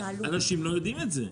אנשים לא יודעים את זה.